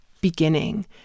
beginning